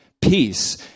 peace